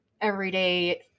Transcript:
everyday